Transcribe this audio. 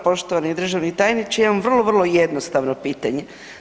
Poštovani državni tajniče, ja imam vrlo, vrlo jednostavno pitanje.